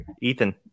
ethan